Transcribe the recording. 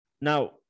now